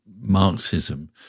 Marxism